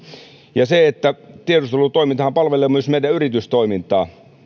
tiedustelutoimintahan palvelee myös meidän yritystoimintaamme